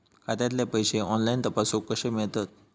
खात्यातले पैसे ऑनलाइन तपासुक कशे मेलतत?